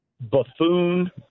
buffoon